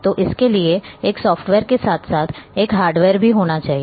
तो इसके लिए एक सॉफ्टवेयर के साथ साथ एक हार्डवेयर भी होना चाहिए